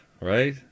right